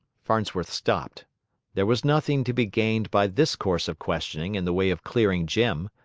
farnsworth stopped there was nothing to be gained by this course of questioning in the way of clearing jim.